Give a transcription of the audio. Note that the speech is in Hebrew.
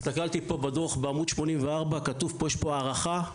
הסתכלתי פה בדוח בעמוד 84. יש פה הערכה,